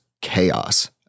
chaos